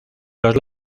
los